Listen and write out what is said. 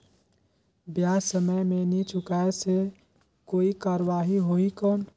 ब्याज समय मे नी चुकाय से कोई कार्रवाही होही कौन?